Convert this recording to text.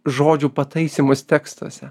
žodžių pataisymus tekstuose